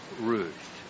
Ruth